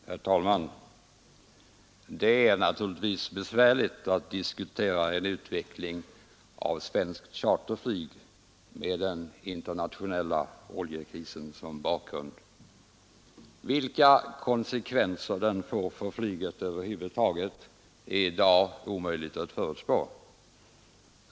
Herr talman! Det är naturligtvis besvärligt att diskutera en utveckling av svenskt charterflyg med den internationella oljekrisen som bakgrund. Vilka konsekvenser krisen får för flyget över huvud taget är omöjligt att förutspå.